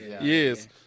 Yes